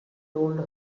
told